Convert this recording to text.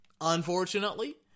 unfortunately